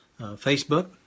Facebook